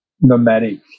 nomadic